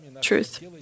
truth